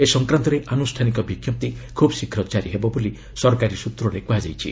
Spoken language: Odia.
ଏ ସଂକ୍ରାନ୍ତରେ ଆନୁଷ୍ଠାନିକ ବିଜ୍ଞପ୍ତି ଖୁବ୍ ଶୀଘ୍ର ଜାରି ହେବ ବୋଲି ସରକାରୀ ସ୍ୱତ୍ରରେ କୁହାଯାଇଛି